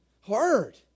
hard